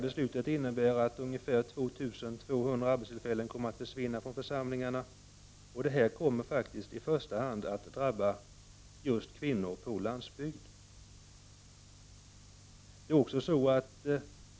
Beslutet innebär att ungefär 2 200 arbetstillfällen försvinner från församlingarna, vilket i första hand drabbar kvinnor på landsbygden.